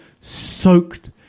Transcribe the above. soaked